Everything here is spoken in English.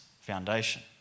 foundation